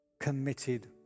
committed